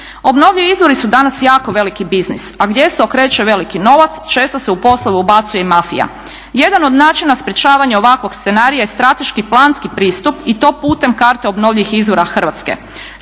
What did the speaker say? Obnovljivi izvori su danas jako veliki biznis, a gdje se okreće veliki novac često se u poslove ubacuje i mafija. Jedan od načina sprječavanja ovakvog scenarija je strateški planski pristup i to putem karte obnovljivih izvora Hrvatske.